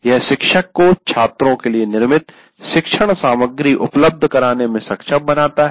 यह शिक्षक को छात्रों के लिए निर्मित शिक्षण सामग्री उपलब्ध कराने में सक्षम बनाता है